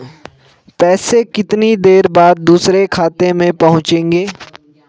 पैसे कितनी देर बाद दूसरे खाते में पहुंचेंगे?